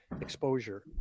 exposure